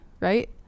right